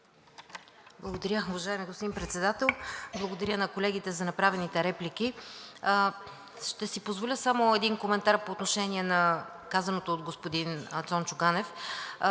Благодаря, уважаеми господин Председател. Благодаря на колегите за направените реплики. Ще си позволя само един коментар по отношение на казаното от господин Цончо Ганев.